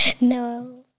No